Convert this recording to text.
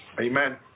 Amen